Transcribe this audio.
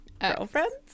girlfriends